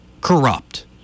corrupt